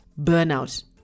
burnout